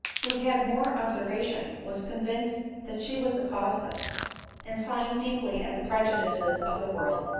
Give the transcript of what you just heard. who had more observa tion, was convinced that she was the cause of it and sighing deeply at the prejudices of the world,